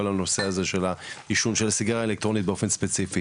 כל הנושא הזה של סיגריות אלקטרוניות באופן ספציפי,